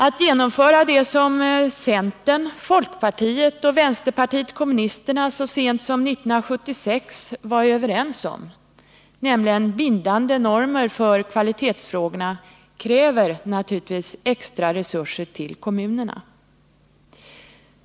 Att genomföra det som centern, folkpartiet och vänsterpartiet kommunisterna så sent som 1976 var överens om, nämligen bindande normer för kvalitetsfrågorna, kräver naturligtvis extra resurser till kommunerna.